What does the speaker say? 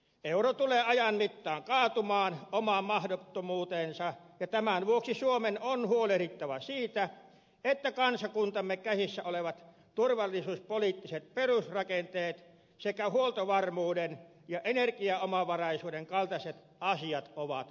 euro tulee ajan mittaan kaatumaan omaan mahdottomuuteensa ja tämän vuoksi suomen on huolehdittava siitä että kansakuntamme käsissä olevat turvallisuuspoliittiset perusrakenteet sekä huoltovarmuuden ja energiaomavaraisuuden kaltaiset asiat ovat kunnossa